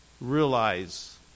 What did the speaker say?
realize